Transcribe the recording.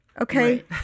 Okay